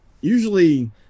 usually